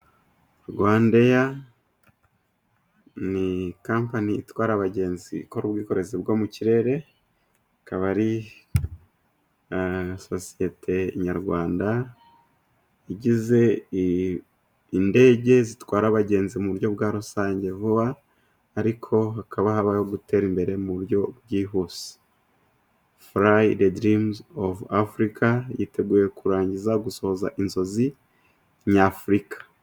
Rwanda Air ni company, itwara abagenzi ikora ubwikorezi bwo mu kirere, ikaba ari sosiyete Nyarwanda, igize indege zitwara abagenzi mu buryo bwa rusange vuba. Ariko hakaba habaho gutera imbere, mu buryo bwihuse. fly redrims of africa yiteguye kurangiza gusoza inzozi nyafurika.